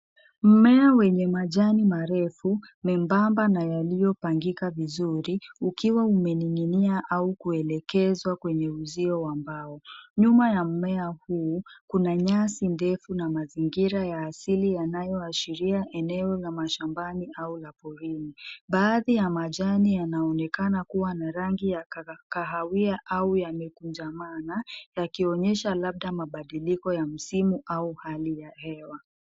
Mmea wenye majani marefu, mebamba na yaliyopangika vizuri, ukiwa umening'inia au kuelekezwa kwenye uzio wa mbao. Nyuma ya mmea huu, kuna nyasi ndefu na mazingira ya asili yanayoashiria eneo la mashambani au la porini. Baadhi ya majani yanaonekana kuwa na rangi ya kahawia au yamekunjamana, yakionyesha labda mabadiliko ya msimu au hali ya hewa.